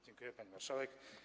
Dziękuję, pani marszałek.